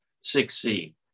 succeed